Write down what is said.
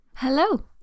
Hello